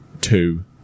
two